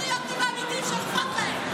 אלה פטריוטים אמיתיים שאכפת להם,